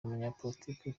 umunyapolitiki